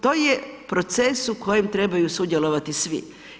To je proces u kojem trebaju sudjelovati svi.